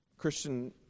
Christian